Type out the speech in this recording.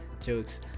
jokes